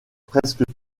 presque